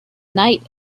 night